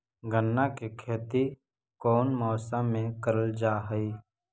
गन्ना के खेती कोउन मौसम मे करल जा हई?